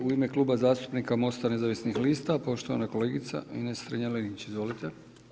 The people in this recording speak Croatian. U ime Kluba zastupnika Mosta nezavisnih lista poštovana kolegica Ines Strenja-Linić, izvolite.